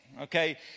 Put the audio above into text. Okay